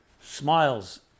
smiles